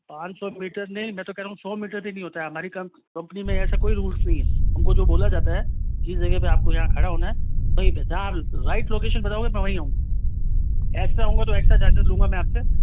पाँच सौ मीटर नहीं मैं तो कह रहा हूँ सौ मीटर भी नहीं होता है हमारी क कंपनी में ऐसा कोई रुल्स नहीं है हमको जो बोला जाता है कि इस जगह पर आपको जा खड़ा होना है वहीं पर जहाँ आप राईट लोकेशन बताओगे मैं वहीं आऊँगा एक्स्ट्रा आऊँगा तो एक्स्ट्रा चार्जेस लूँगा मैं आपसे